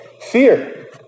fear